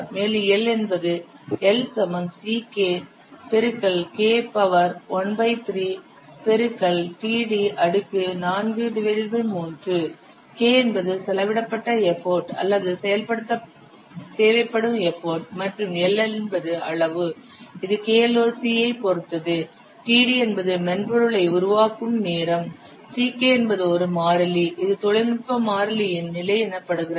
மேலும் L என்பது K என்பது செலவிடப்பட்ட எஃபர்ட் அல்லது செயல்படுத்த தேவைப்படும் எஃபர்ட் மற்றும் L என்பது அளவு இது KLOC ஐ பொருத்தது td என்பது மென்பொருளை உருவாக்கும் நேரம் Ck என்பது ஒரு மாறிலி இது தொழில்நுட்ப மாறிலியின் நிலை எனப்படுகிறது